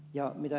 kuten ed